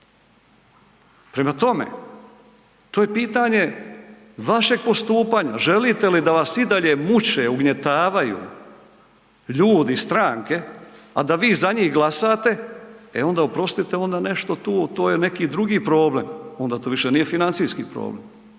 Prema tome, to je pitanje vašeg postupanja, želite li da vas i dalje muče, ugnjetavaju ljudi iz stranke, a da vi za njih glasate, e onda oprostite, onda nešto tu, to je neki drugi problem, onda to više nije financijski problem